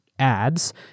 ads